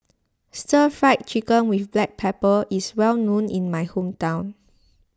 Stir Fried Chicken with Black Pepper is well known in my hometown